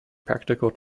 practical